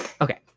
Okay